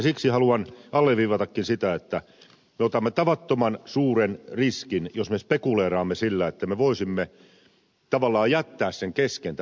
siksi haluan alleviivatakin sitä että me otamme tavattoman suuren riskin jos me spekuleeraamme sillä että me voisimme tavallaan jättää kesken tämän projektin